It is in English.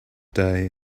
day